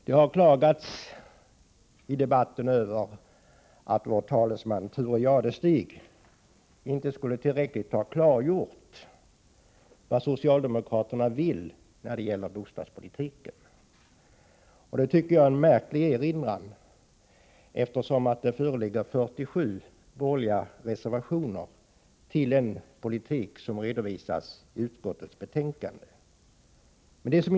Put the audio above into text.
Det har i debatten klagats över att vår talesman, Thure Jadestig, inte tillräckligt skulle ha klargjort vad socialdemokraterna vill när det gäller bostadspolitiken. Det tycker jag är en märklig erinran, eftersom det föreligger 47 borgerliga reservationer till den politik som redovisas i utskottets betänkande.